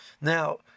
now